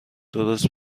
درست